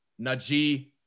Najee